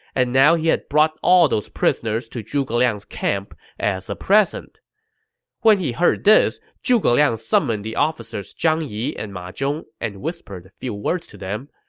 and that he had brought all those prisoners to zhuge liang's camp as a present when he heard this, zhuge liang summoned the officers zhang yi and ma zhong and whispered a few words to them.